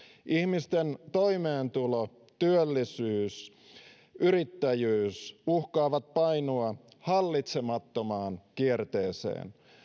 ihmisten toimeentulo työllisyys ja yrittäjyys uhkaavat painua hallitsemattomaan kierteeseen